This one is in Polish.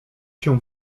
się